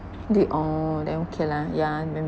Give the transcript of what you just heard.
did oh then okay lah yeah